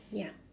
ya